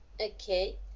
Okay